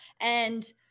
And-